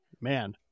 Man